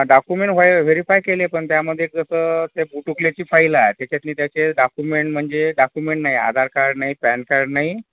document वेह verify केले पण त्यामध्ये कसं ते गोटुकल्याची फाईल आहे त्याचातली त्याचे डाकुमेंट म्हणजे डाकुमेंट नाही आहे आधार कार्ड नाही पॅन कार्ड नाही